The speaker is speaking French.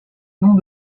noms